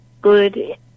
good